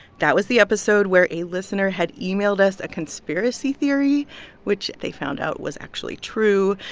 that was the episode where a listener had emailed us a conspiracy theory which they found out was actually true.